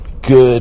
Good